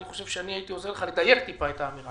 אני הייתי עוזר לך לדייק קצת את האמירה.